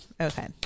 Okay